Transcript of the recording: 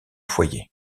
foyer